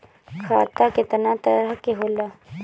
खाता केतना तरह के होला?